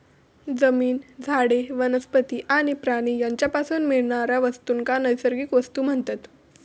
जमीन, झाडे, वनस्पती आणि प्राणी यांच्यापासून मिळणाऱ्या वस्तूंका नैसर्गिक वस्तू म्हणतत